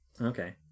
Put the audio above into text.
Okay